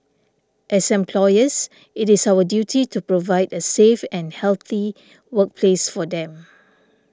as employers it is our duty to provide a safe and healthy workplace for them